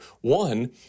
One